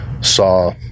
Saw